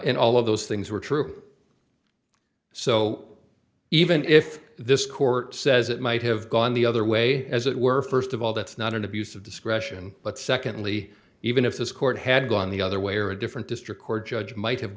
and all of those things were true so even if this court says it might have gone the other way as it were first of all that's not an abuse of discretion but secondly even if this court had gone the other way or a different district court judge might have